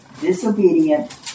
disobedient